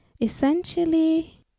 essentially